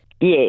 Yes